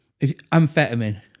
amphetamine